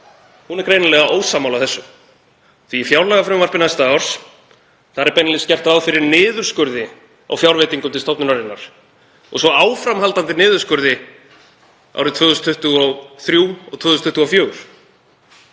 er greinilega ósammála þessu því í fjárlagafrumvarpi næsta árs er beinlínis gert ráð fyrir niðurskurði á fjárveitingum til stofnunarinnar og svo áframhaldandi niðurskurði árið 2023 og 2024.